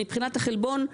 מבחינת החלבון,